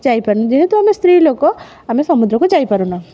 ଯାଇ ପାରନୁ ଯେହେତୁ ଆମେ ସ୍ତ୍ରୀ ଲୋକ ଆମେ ସମୁଦ୍ରକୁ ଯାଇପାରୁ ନାହୁଁ